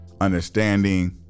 understanding